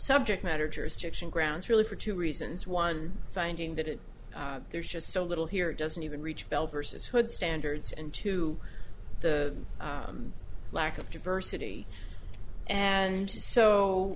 subject matter jurisdiction grounds really for two reasons one finding that there's just so little here it doesn't even reach bell versus hood standards and to the lack of diversity and so